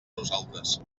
nosaltres